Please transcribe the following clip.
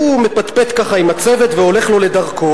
הוא מפטפט ככה עם הצוות והולך לו לדרכו.